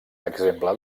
exemple